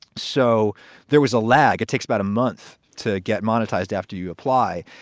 so there was a lag. it takes about a month to get monetized after you apply.